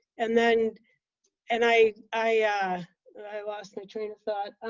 and then and i i and i lost my train of thought.